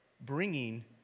bringing